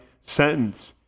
sentence